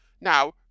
Now